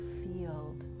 field